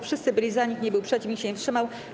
Wszyscy byli za, nikt nie był przeciw, nikt się nie wstrzymał.